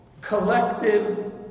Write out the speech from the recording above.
collective